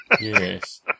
Yes